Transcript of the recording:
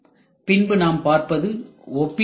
பின்பு நாம் பார்ப்பது ஒப்பீடுஆகும்